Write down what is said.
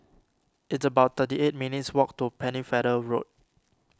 it's about thirty eight minutes' walk to Pennefather Road